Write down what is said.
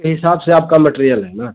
हिसाब से आपका मटेरियल है न